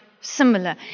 similar